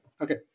Okay